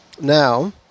Now